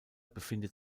befindet